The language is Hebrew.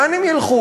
לאן הם ילכו?